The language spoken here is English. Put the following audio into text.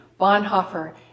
Bonhoeffer